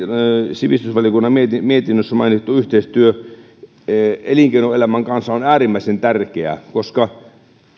sivistysvaliokunnan mietinnössä mainittu yhteistyö elinkeinoelämän kanssa on äärimmäisen tärkeää koska